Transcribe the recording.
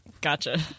Gotcha